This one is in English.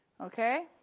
Okay